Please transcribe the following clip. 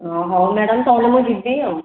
ହଁ ହଉ ମ୍ୟାଡ଼ାମ ତାହେଲେ ମୁଁ ଯିବି ଆଉ